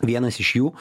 vienas iš jų